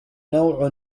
نوع